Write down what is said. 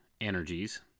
energies